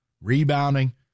rebounding